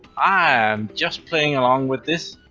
i am just playing along with this.